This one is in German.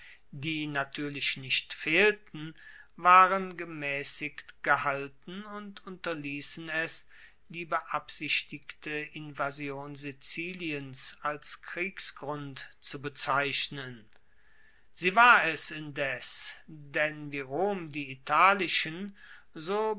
die natuerlich nicht fehlten waren gemaessigt gehalten und unterliessen es die beabsichtigte invasion siziliens als kriegsgrund zu bezeichnen sie war es indes denn wie rom die italischen so